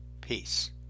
Peace